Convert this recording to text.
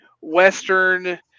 western